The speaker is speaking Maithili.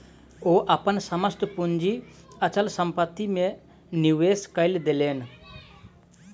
ओ अपन समस्त पूंजी अचल संपत्ति में निवेश कय देलैन